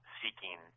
seeking